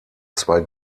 zwei